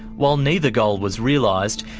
while neither goal was realised,